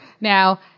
Now